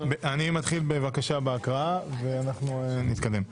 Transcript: אני מתחיל בבקשה בהקראה ואנחנו נתקדם.